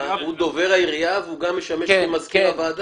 הוא דובר העירייה והוא גם משמש כמזכיר הוועדה?